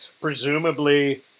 presumably